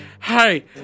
Hey